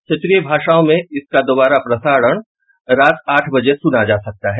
क्षेत्रीय भाषाओं में इसका दोबारा प्रसारण रात आठ बजे सुना जा सकता है